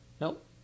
Nope